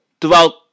throughout